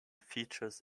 features